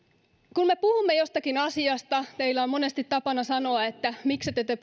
kun me puhumme jostakin asiasta teillä on monesti tapana sanoa että miksette te